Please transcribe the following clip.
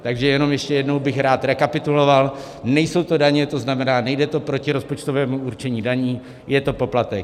Takže jenom ještě jednou bych rád rekapituloval: Nejsou to daně, to znamená, nejde to proti rozpočtovému určení daní, je to poplatek.